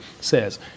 says